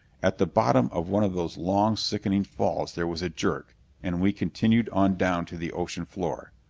at the bottom of one of those long, sickening falls there was a jerk and we continued on down to the ocean floor!